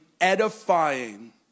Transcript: edifying